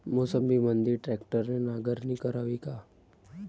मोसंबीमंदी ट्रॅक्टरने नांगरणी करावी का?